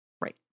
Right